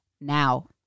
now